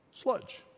Sludge